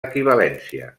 equivalència